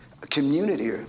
community